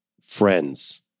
friends